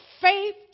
Faith